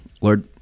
Lord